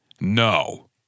No